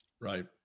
Right